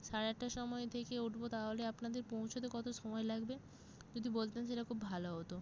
সাড়ে আটটা সময় থেকে উঠবো তাহলে আপনাদের পৌঁছোতে কতো সময় লাগবে যদি বলতেন সেটা খুব ভালো হতো